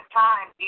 time